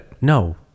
No